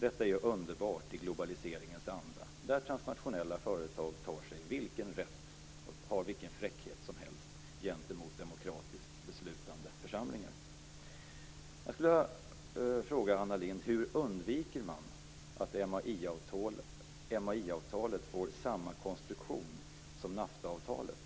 Detta är underbart i globaliseringens anda där transnationella företag tar sig vilken rätt och fräckhet som helst gentemot demokratiskt beslutande församlingar. Hur undviker man, Anna Lindh, att MAI-avtalet får samma konstruktion som NAFTA-avtalet?